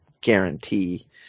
guarantee